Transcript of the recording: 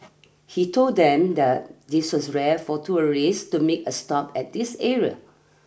he told them that this was rare for tourist to make a stop at this area